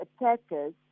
attackers